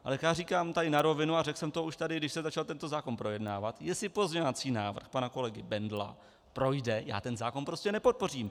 Ale jak já říkám tady na rovinu a řekl jsem to tady už, když se začal tento zákon projednávat, jestli pozměňovací návrh pana kolegy Bendla projde, já ten zákon prostě nepodpořím.